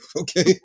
Okay